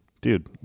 Dude